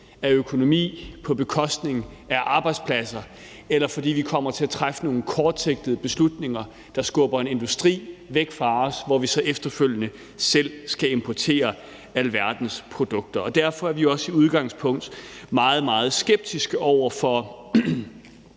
af økonomi og arbejdspladser, og det må ikke være sådan, at vi kommer til at træffe nogle kortsigtede beslutninger, der skubber en industri væk fra os, så vi derfor efterfølgende bliver nødt til at importere alverdens produkter. Derfor er vi også i udgangspunktet meget, meget skeptiske over for